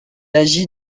agit